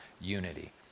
unity